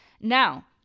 Now